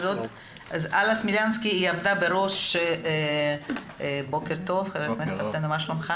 אלה סמלנסקי עמדה בראש המאבק לשיפור תנאי העסקתם של עובדי הסיעוד.